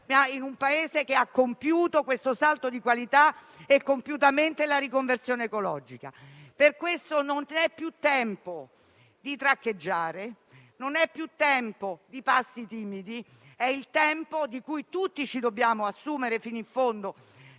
in un Paese che ha compiuto il salto di qualità e la riconversione ecologica. Per questo non è più tempo di traccheggiare; non è più tempo di passi timidi. È il tempo in cui tutti dobbiamo assumerci fino in fondo,